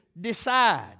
decide